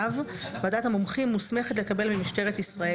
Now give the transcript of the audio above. ועדת המומחים מוסמכת לקבל ממשטרת ישראל